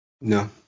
No